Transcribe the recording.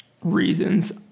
reasons